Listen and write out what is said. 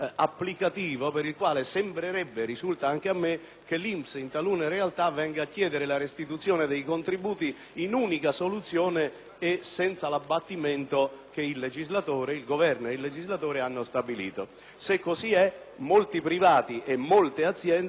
che l'INPS in talune realtà venga a chiedere la restituzione dei contributi in unica soluzione e senza l'abbattimento che il Governo e il legislatore hanno stabilito. Se così è, molti privati e molte aziende si trovano in evidentissima e comprensibile difficoltà.